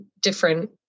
different